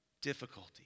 difficulty